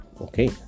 Okay